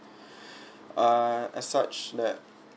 err as such that